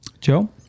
Joe